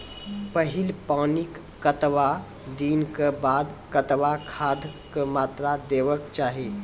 पहिल पानिक कतबा दिनऽक बाद कतबा खादक मात्रा देबाक चाही?